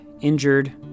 injured